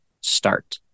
start